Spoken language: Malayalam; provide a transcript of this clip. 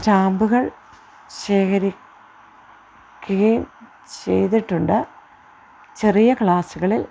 സ്റ്റാമ്പുകൾ ശേഖരിക്കുകയും ചെയ്തിട്ടുണ്ട് ചെറിയ ക്ലാസ്സുകളിൽ